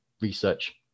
research